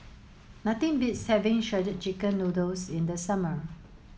nothing beats having shredded chicken noodles in the summer